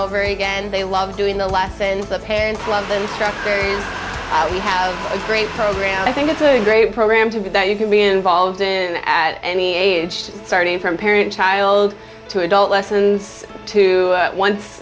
over again and they love doing the lessons the parents love them strong we have a great program i think it's a great program to be that you can be involved in at any age starting from parent child to adult lessons to once